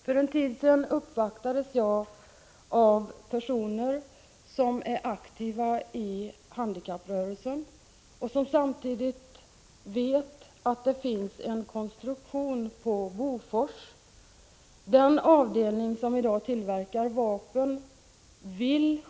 För en tid sedan uppvaktades jag av personer som är aktiva inom handikapprörelsen och som vet att det finns vissa produkter som skulle kunna tillverkas vid en avdelning inom AB Bofors. Avdelningen producerar för närvarande vapen.